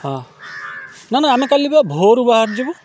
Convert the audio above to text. ହଁ ନା ନା ଆମେ କାଲି ବା ଭୋରରୁ ବାହାରିଯିବୁ